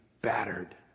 battered